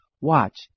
Watch